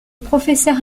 professeur